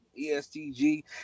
ESTG